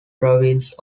province